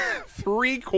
three